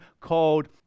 called